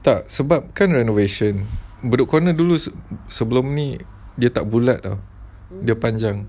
tak sebab kan renovation beruk corner tu sebelum ni dia tak bulat tahu dia panjang